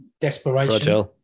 desperation